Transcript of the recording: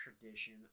tradition